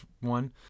one